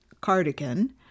cardigan